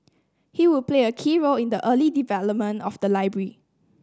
he would play a key role in the early development of the library